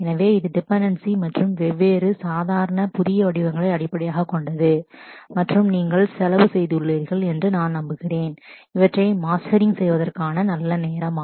எனவே இது டிபெண்டென்சி மற்றும் வெவ்வேறு சாதாரண புதிய வடிவங்களை அடிப்படையாகக் கொண்டது மற்றும் நீங்கள் செலவு செய்துள்ளீர்கள் என்று நான் நம்புகிறேன் இவற்றை மாஸ்டரிங் செய்வதற்கான நல்ல நேரம்